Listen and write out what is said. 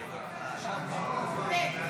ב'.